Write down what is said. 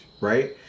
right